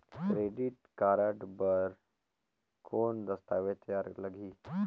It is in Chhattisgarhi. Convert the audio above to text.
क्रेडिट कारड बर कौन दस्तावेज तैयार लगही?